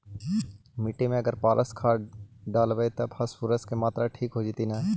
मिट्टी में अगर पारस खाद डालबै त फास्फोरस के माऋआ ठिक हो जितै न?